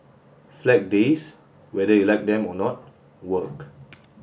flag days whether you like them or not work